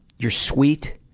you're sweet